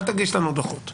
אל תגיש לנו דוחות,